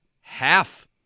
half